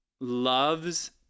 loves